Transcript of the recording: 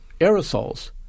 aerosols